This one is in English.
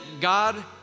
God